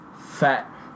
fat